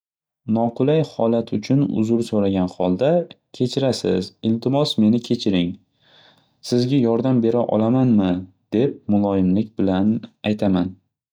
Noqulay holat uchun uzr so'ragan holda, kechirasiz, iltimos meni kechiring, sizga yordam bera olamanmi deb muloyimlik bilan aytaman.